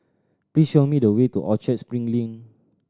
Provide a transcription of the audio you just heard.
please show me the way to Orchard Spring Lane